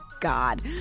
God